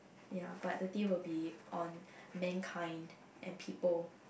ya but the theme will be on mankind and people